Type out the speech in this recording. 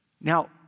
Now